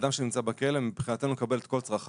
אדם שנמצא בכלא, מבחינתנו הוא מקבל את כל צרכיו